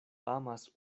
amas